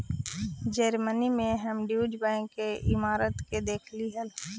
Germany में हम Deutsche Bank के इमारत के देखलीअई हल